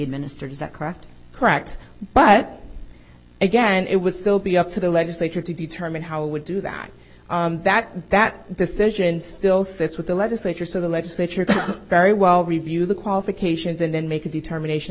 administered is that correct correct but again it would still be up to the legislature to determine how would do that that that decision still sits with the legislature so the legislature could very well review the qualifications and then make a determination